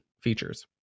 features